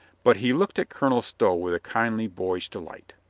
but he looked at colonel stow with a kindly, boyish delight.